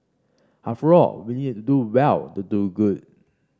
after all we need to do well to do good